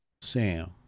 Sam